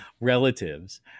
relatives